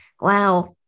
Wow